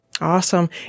Awesome